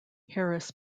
harris